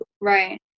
Right